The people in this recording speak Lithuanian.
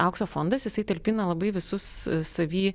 aukso fondas jisai talpina labai visus savy